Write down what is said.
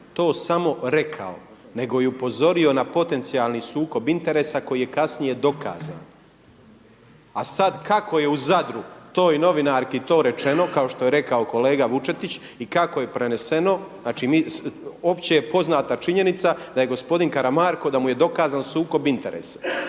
to samo rekao nego i upozorio na potencijalni sukob interesa koji je kasnije dokazan. A sada kako je u Zadru toj novinarki to rečeno kao što je rekao kolega Vučetić i kako je preneseno, znači opće je poznata činjenica da je gospodin Karamarko da mu je dokazan sukob interesa.